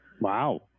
Wow